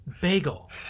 bagel